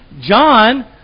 John